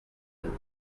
nous